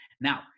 now